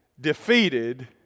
defeated